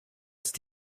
ist